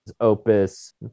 Opus